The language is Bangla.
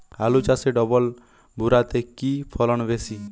আলু চাষে ডবল ভুরা তে কি ফলন বেশি?